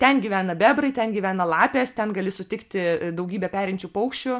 ten gyvena bebrai ten gyvena lapės ten gali sutikti daugybę perinčių paukščių